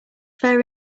fair